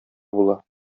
була